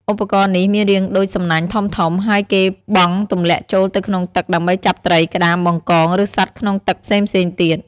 ឧបករណ៍នេះមានរាងដូចសំណាញ់ធំៗ ហើយគេបង់ទម្លាក់ចូលទៅក្នុងទឹកដើម្បីចាប់ត្រី ក្តាម បង្កង ឬសត្វក្នុងទឹកផ្សេងៗទៀត។